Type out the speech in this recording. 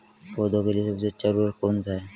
पौधों के लिए सबसे अच्छा उर्वरक कौन सा है?